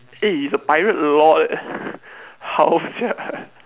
eh he's a pirate lord how sia